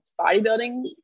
bodybuilding